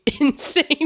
insane